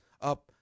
up